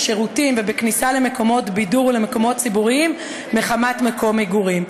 בשירותים ובכניסה למקומות בידור ולמקומות ציבוריים מחמת מקום מגורים.